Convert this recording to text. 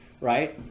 right